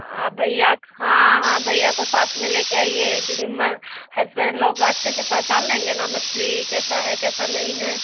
भैया हाँ हाँ भैया को साथ में लेके आइए क्योंकि मैं हसबैंड लोग अच्छे से पहचान लेंगे ना मछली कैसा है कैसा नहीं है